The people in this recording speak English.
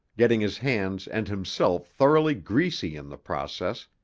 getting his hands and himself thoroughly greasy in the process,